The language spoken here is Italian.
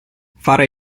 fare